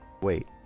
Wait